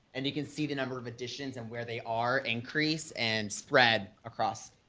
and you can see the number of editions and where they are increase and spread across,